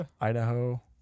Idaho